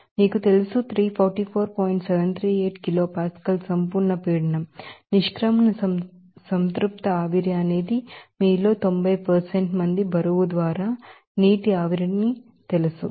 738 kilo pascal absolute pressure exit saturated vapour అనేది మీలో 90 మంది బరువు ద్వారా నీటి ఆవిరిని తెలుసు